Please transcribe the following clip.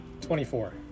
Twenty-four